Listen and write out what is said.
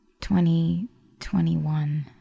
2021